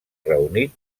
reunit